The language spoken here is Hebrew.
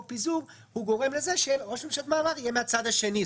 פיזור גורם לכך שראש ממשלת מעבר יהיה מן הצד השני.